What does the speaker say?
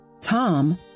Tom